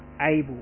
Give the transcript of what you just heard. able